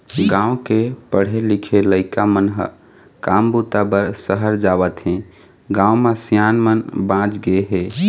गाँव के पढ़े लिखे लइका मन ह काम बूता बर सहर जावत हें, गाँव म सियान मन बाँच गे हे